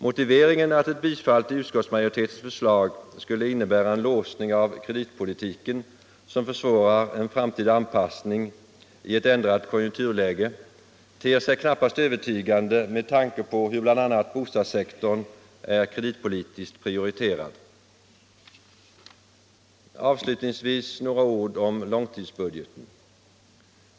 Motiveringen att ett bifall till utskottsmajoritetens förslag skulle innebära en låsning av kreditpolitiken som försvårar en framtida anpassning i ett ändrat konjunkturläge ter sig knappast övertygande med tanke på hur bl.a. bostadssektorn är kreditpolitiskt prioriterad. Avslutningsvis några ord om långtidsbudgeten.